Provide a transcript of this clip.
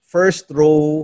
first-row